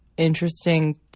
interesting